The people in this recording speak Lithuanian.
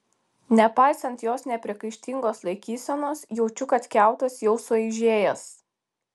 nepaisant jos nepriekaištingos laikysenos jaučiu kad kiautas jau suaižėjęs